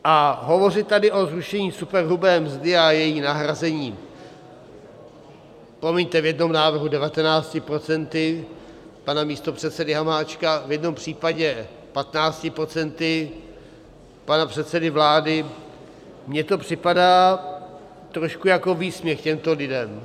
A hovořit tady o zrušení superhrubé mzdy a jejím nahrazení, promiňte, v jednom návrhu 19 procenty pana místopředsedy Hamáčka, v jednom případě 15 procenty pana předsedy vlády, mně to připadá trošku jako výsměch těmto lidem.